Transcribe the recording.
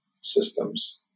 systems